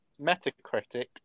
Metacritic